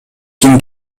ким